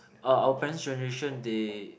uh our parents' generation they